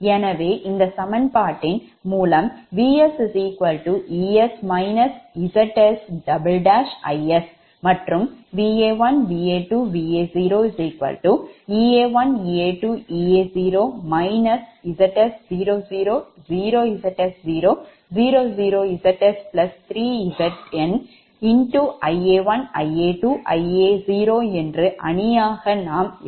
எனவே இந்த சமன்பாட்டின் மூலம் Vs Es Zs Is மற்றும் Va1 Va2 Va0 Ea1 Ea2 Ea0 Zs 0 0 0 Zs 0 0 0 Zs3Zn Ia1 Ia2 Ia0